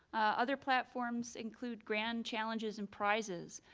other platforms include grand challenges and prizes,